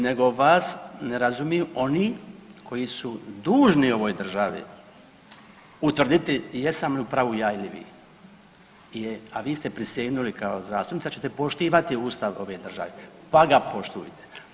Nego vas ne razumiju oni koji su dužni u ovoj državi utvrditi jesam li u pravu ja ili vi, a vi ste prisegnuli kao zastupnica da ćete poštivati Ustav ove države pa ga poštujte.